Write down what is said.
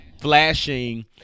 flashing